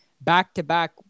back-to-back